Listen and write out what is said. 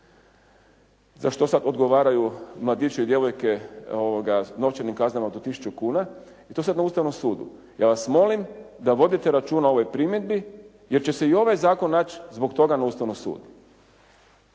za što sad odgovaraju mladići i djevojke novčanim kaznama do tisuću kuna i to je sad na Ustavnom sudu. Ja vas molim da vodite računa o ovoj primjedbi jer će se i ovaj zakon naći zbog toga na Ustavnom sudu.